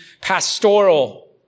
pastoral